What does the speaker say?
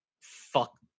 fuck